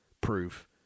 proof